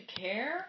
care